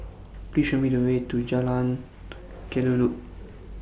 Please Show Me The Way to Jalan Kelulut